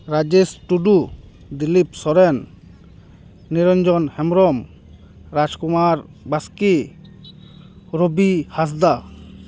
Rajesh Tudu Dilip Soren Niranjan Hembrom Raj Kumar Baske Rabi Hansda